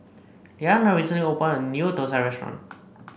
Leanna recently opened a new thosai restaurant